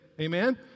Amen